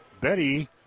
Betty